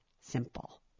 simple